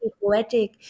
poetic